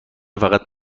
فقط